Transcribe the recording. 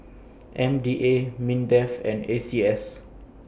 M D A Mindef and A C S